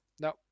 No